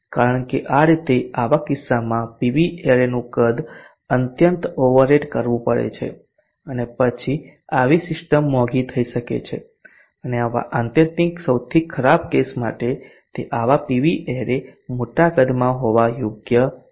કારણ કે આ રીતે આવા કિસ્સામાં પીવી એરેનું કદ અત્યંત ઓવરરેટ કરવું પડે છે અને પછી આવી સિસ્ટમ મોંઘી થઈ શકે છે અને આ આત્યંતિક સૌથી ખરાબ કેસ માટે તે આવા પીવી એરે મોટા કદમાં હોવા યોગ્ય નથી